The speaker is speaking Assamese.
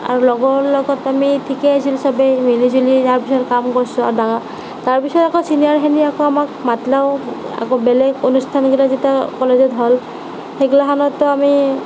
আৰু লগৰ লগত আমি ঠিকেই আছিল চবেই মিলিজুলি তাৰপিছত কাম কৰিছোঁ আৰু ডাঙৰ তাৰপিছত আকৌ ছিনিয়ৰখিনিয়ে আকৌ আমাক মাতিলেও আকৌ বেলেগ অনুষ্ঠানগিলা যেতিয়া কলেজত হ'ল সেইগিলাখনতো আমি